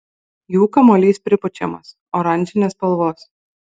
jų kamuolys pripučiamas oranžinės spalvos